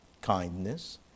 kindness